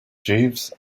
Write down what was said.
jeeves